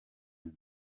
inda